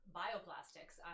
bioplastics